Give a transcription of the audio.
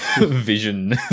vision